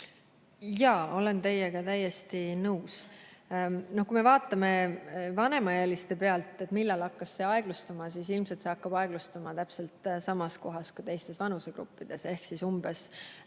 Jaa, olen teiega täiesti nõus. Kui me vaatame vanemaealiste pealt, millal hakkas [vaktsineerimine] aeglustuma, siis ilmselt hakkab see aeglustuma täpselt samas kohas ka teistes vanusegruppides ehk umbes